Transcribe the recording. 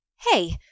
Hey